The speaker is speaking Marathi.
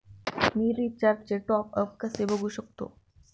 मी रिचार्जचे टॉपअप कसे बघू शकतो?